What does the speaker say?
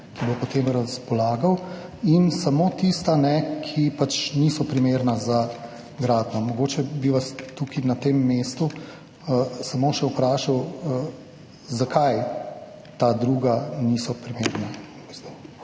ki bo potem razpolagal, in samo tista, ki pač niso primerna za gradnjo. Mogoče bi vas tukaj na tem mestu samo še vprašal: Zakaj ta druga zemljišča niso primerna?